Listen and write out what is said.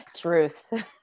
Truth